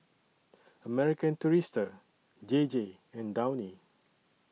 American Tourister J J and Downy